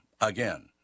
Again